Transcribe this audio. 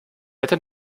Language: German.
hätte